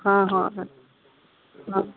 ಹಾಂ ಹಾಂ ಹಾಂ ಹಾಂ